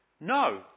no